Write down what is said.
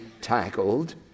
tackled